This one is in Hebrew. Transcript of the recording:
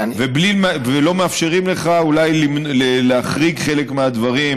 ולא מאפשרים לך אולי להחריג חלק מהדברים,